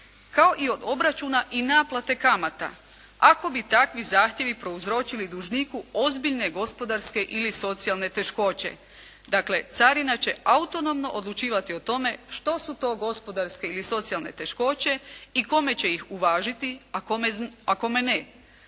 kao i od obračuna i naplate kamata, ako bi takvi zahtjevi prouzročili dužniku ozbiljne gospodarske ili socijalne teškoće. Dakle, carina će autonomno odlučivati o tome što su to gospodarske ili socijalne teškoće i kome će ih uvažiti, a kome ne.